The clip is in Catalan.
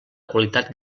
qualitat